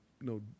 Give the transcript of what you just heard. no